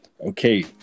Okay